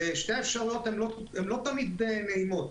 ושתי האפשרויות לא תמיד נעימות.